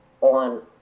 on